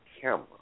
camera